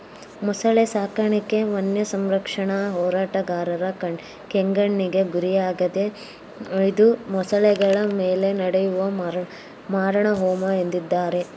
ಮೊಸಳೆ ಸಾಕಾಣಿಕೆ ವನ್ಯಸಂರಕ್ಷಣಾ ಹೋರಾಟಗಾರರ ಕೆಂಗಣ್ಣಿಗೆ ಗುರಿಯಾಗಿದೆ ಇದು ಮೊಸಳೆಗಳ ಮೇಲೆ ನಡೆಯುವ ಮಾರಣಹೋಮ ಎಂದಿದ್ದಾರೆ